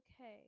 okay